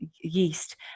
Yeast